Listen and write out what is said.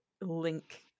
link